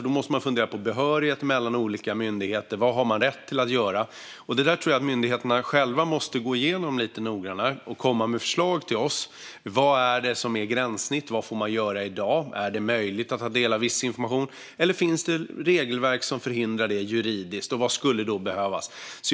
Man måste fundera på behörighet mellan olika myndigheter. Vad har man rätt att göra? Det tror jag att myndigheterna själva måste gå igenom lite noggrannare och komma med förslag till oss. Vad är gränssnitt? Vad får man göra i dag? Är det möjligt att dela viss information? Finns det regelverk som juridiskt förhindrar det? Vad skulle behöva göras?